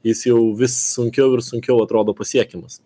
jis jau vis sunkiau ir sunkiau atrodo pasiekiamas